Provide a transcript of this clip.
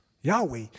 Yahweh